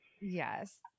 Yes